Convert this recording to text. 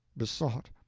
besought,